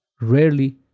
rarely